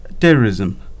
terrorism